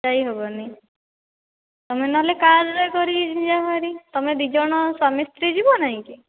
ଯାଇ ହେବନି ତୁମେ ନହେଲେ କାର୍ରେ କରି ଯାଅ ହେରି ତୁମେ ଦୁଇ ଜଣ ସ୍ୱାମୀ ସ୍ତ୍ରୀ ଯିବ ନାହିଁ କି